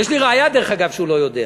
יש לי ראיה, דרך אגב, שהוא לא יודע: